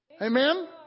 Amen